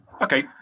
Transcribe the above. Okay